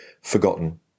forgotten